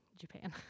Japan